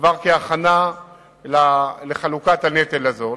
כהכנה לחלוקת הנטל הזאת.